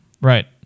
right